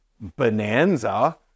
Bonanza